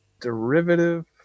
derivative